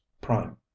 prime